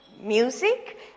music